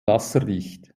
wasserdicht